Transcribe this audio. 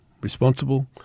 responsible